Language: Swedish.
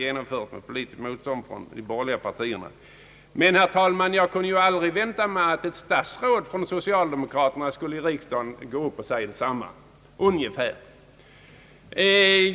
Men jag kunde ju aldrig vänta mig, herr talman, att ett socialdemokratiskt statsråd skulle gå upp i riksdagen och säga ungefär detsamma.